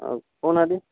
ଆଉ କହୁନାହାନ୍ତି